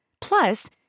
Plus